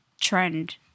trend